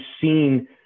seen